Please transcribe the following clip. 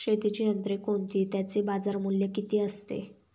शेतीची यंत्रे कोणती? त्याचे बाजारमूल्य किती असते?